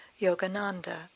Yogananda